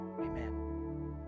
Amen